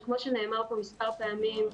שכמו שנאמר פה מספר פעמים,